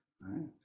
right